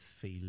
feel